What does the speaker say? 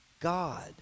God